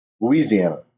Louisiana